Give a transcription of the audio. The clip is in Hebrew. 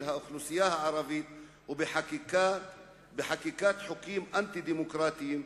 האוכלוסייה הערבית ובחקיקת חוקים אנטי-דמוקרטיים.